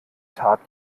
tat